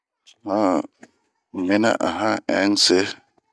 Han 'an un minaahan ɛn un se.